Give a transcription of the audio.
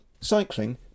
Cycling